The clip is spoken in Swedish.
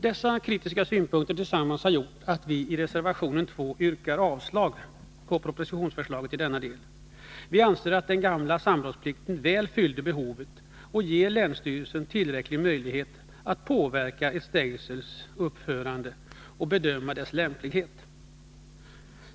Dessa kritiska synpunkter tillsammans har gjort att vi i reservation 2 yrkar avslag på propositionsförslaget i denna del. Vi anser att den gamla samrådsplikten väl fyller behovet och ger länsstyrelsen tillräcklig möjlighet att påverka ett stängsels uppförande och bedöma dess lämplighet.